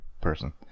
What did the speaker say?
person